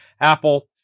Apple